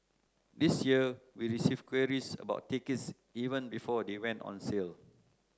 this year we received queries about tickets even before they went on sale